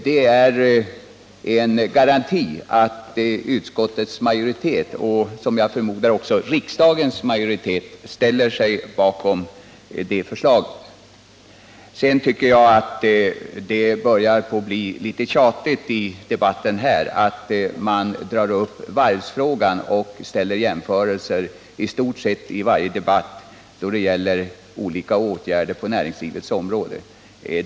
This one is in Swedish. Det är en garanti för att utskottets majoritet, och jag förmodar även riksdagens majoritet, ställer sig bakom det förslaget. Det börjar bli litet tjatigt när man i stort sett i varje debatt drar upp varvsfrågan och gör jämförelser då det gäller olika åtgärder på näringslivets område.